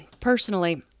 personally